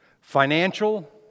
financial